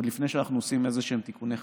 עוד לפני שאנחנו עושים איזשהם תיקוני חקיקה.